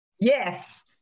Yes